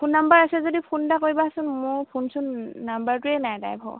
phone number আছে যদি phone এটা কৰিবাচোন মোৰ ফোন চোন নম্বৰটোৱে নাই